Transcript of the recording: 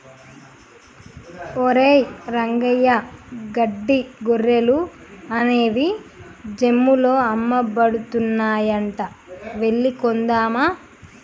ఒరేయ్ రంగయ్య గడ్డి గొర్రెలు అనేవి జమ్ముల్లో అమ్మబడుతున్నాయంట వెళ్లి కొందామా